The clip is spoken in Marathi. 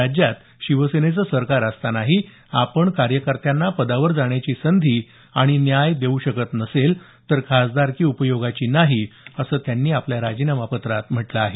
राज्यात शिवसेनेचं सरकार असतानाही आपण कार्यकर्त्यांना पदावर जाण्याची संधी आणि न्याय देऊ शकत नसेल तर खासदारकी उपयोगाची नाही असं त्यांनी राजीनामा पत्रात म्हटलं आहे